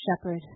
shepherd